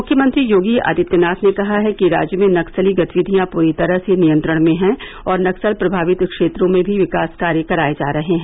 मुख्यमंत्री योगी आदित्यनाथ ने कहा है कि राज्य में नक्सली गतिविधियां पूरी तरह से नियंत्रण में है और नक्सल प्रमावित क्षेत्रों में भी विकास कार्य कराये जा रहे हैं